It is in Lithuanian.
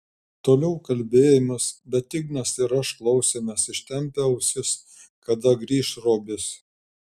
toliau kalbėjomės bet ignas ir aš klausėmės ištempę ausis kada grįš robis